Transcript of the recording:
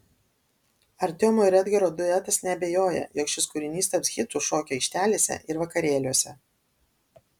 artiomo ir edgaro duetas neabejoja jog šis kūrinys taps hitu šokių aikštelėse ir vakarėliuose